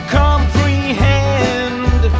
comprehend